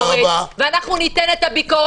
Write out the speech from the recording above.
בכל פעם אנחנו חוזרים מחדש ואנחנו שומעים את אלי אבידר,